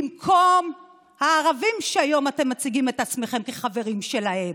במקום הערבים שהיום אתם מציגים את עצמכם כחברים שלהם.